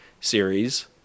series